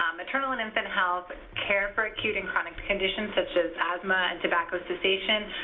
um maternal and infant health, care for acute and chronic conditions such as asthma and tobacco cessation,